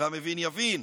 והמבין יבין.